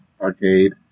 arcade